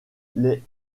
les